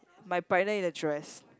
my partner in a dress